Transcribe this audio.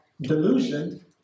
delusion